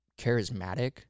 charismatic